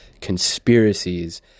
conspiracies